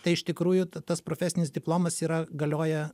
tai iš tikrųjų tas profesinis diplomas yra galioja